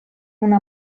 una